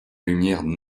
lumière